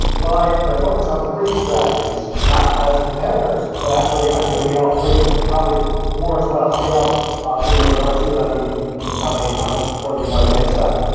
well, i focus on three strategies, not as competitors, but actually i think we need all three and probably more as well. and maybe i'll i'll give you one or two of them, and you can you can tell me how much further you want to get into them.